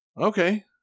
Okay